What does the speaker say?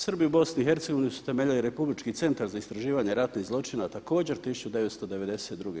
Srbi u BiH su utemeljeni Republički centar za istraživanje ratnih zločina također 1992.